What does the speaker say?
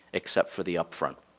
except for the upfront.